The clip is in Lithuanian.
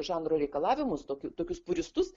žanro reikalavimus tokiu tokius puristus